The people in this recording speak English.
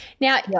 now